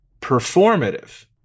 performative